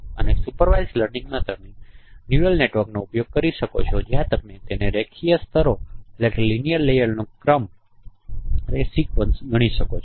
અને supervised લર્નિંગમાં તમે ન્યુરલ નેટવર્કનો ઉપયોગ કરી શકો છો જ્યાં તમે તેને રેખીય સ્તરોનો ક્રમ ગણી શકો છો